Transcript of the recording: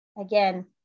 again